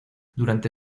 durante